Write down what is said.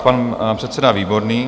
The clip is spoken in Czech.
Pan předseda Výborný.